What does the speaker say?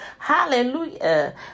Hallelujah